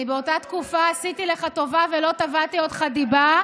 אני באותה תקופה עשיתי לך טובה ולא תבעתי אותך דיבה.